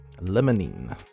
Lemonine